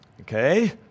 Okay